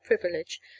privilege